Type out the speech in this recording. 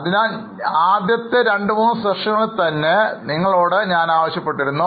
അതിനാൽ ആദ്യത്തെ രണ്ട് മൂന്ന് സെഷനുകളിൽ തന്നെ നിങ്ങളോട് ഞാനാവശ്യപ്പെട്ടു